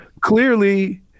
clearly